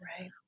Right